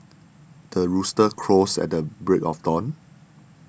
the rooster crows at the break of dawn